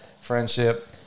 friendship